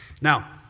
Now